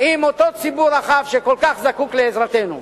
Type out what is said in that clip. עם אותו ציבור רחב שכל כך זקוק לעזרתנו.